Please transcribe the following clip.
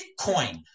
Bitcoin